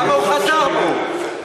הרי הוא חזר בו.